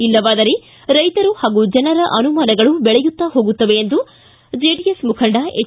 ಇಲ್ಲವಾದರೆ ರೈತರು ಹಾಗೂ ಜನರ ಅನುಮಾನಗಳು ಬೆಳೆಯುತ್ತಾ ಹೋಗುತ್ತದೆ ಎಂದು ಜೆಡಿಎಸ್ ಮುಖಂಡ ಎಚ್